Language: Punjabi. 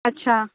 ਅੱਛਾ